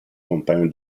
compaiono